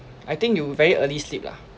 I think you very early sleep lah